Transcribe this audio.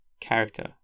character